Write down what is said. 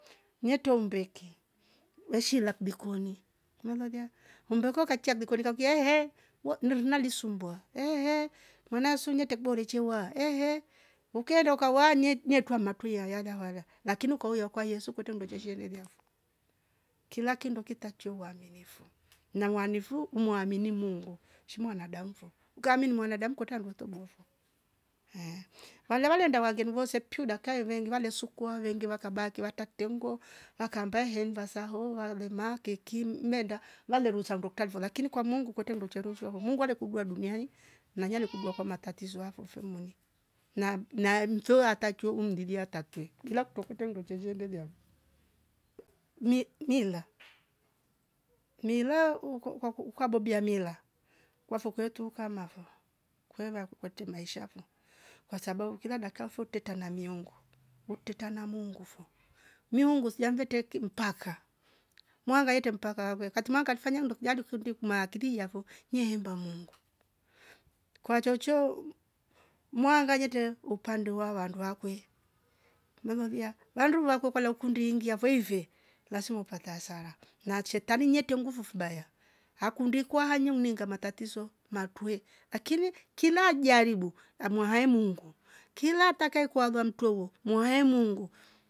Nyeto umbeki weshila kudikoni malolia umbeko kachija mrikoni kaukia ehe we ndiri nali sumbua ehh mwana sunye tekbore chewa ukaenda ukawa nyenye twamuti yaya vara lakini ukauya kwa yesu kwete mndo chechereriavo kila kindo kitacho uwaminfu na ngwanifu umuamini mungu shi mwanadamu fo ukaamini mwanadamu kweta ndoto mbovu ehh vale walenda wangennvo sepyuda kaevenge vale sukwa vengi wakabaki watakte nguwo wakamba hemva saho walemake keki mlenda valerusa undo kutalifo lakini kwa mungu kwete nduchuruchoho mungu alikukwadu duniani na nyale kudua kwa matatizo afe mfemoni na- naemfewo atachwe umlilia ataktwe kila kutokwete nduche lilia avo. Mi- mila mila u- uu- ukwa kwaukabo bobia mila kwafo kwetuu ukamavo kweve akukwete maisha kwasababu fo teta na miungu uteta na mungu fo miungu sijamveteki mpaka mwanga ete mpakavwe katima ngalifanya ndokijali kuti kumaake kiri yavo nyeemba mungu. Kwa chocho mwanga nyetero upande wa vandu wakwe melolia vandu vakwe kwela ukindia voive lazima upata hasara na shetani nyetia nguvu vibaya hakundikwa hanyu uninga matatizo matwe lakini kila jaribu la mwahea mungu kila atakae kwalua mtwewo mwahe mungu